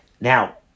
Now